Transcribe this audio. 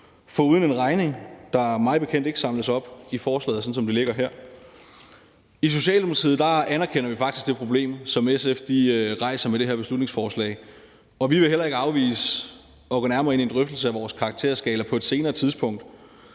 foruden en regning, der mig bekendt ikke samles op i forslaget, sådan som det ligger her. I Socialdemokratiet anerkender vi faktisk det problem, som SF rejser med det her beslutningsforslag, og vi vil heller ikke afvise at gå nærmere ind i en drøftelse af karakterskalaen på et senere tidspunkt.